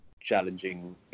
challenging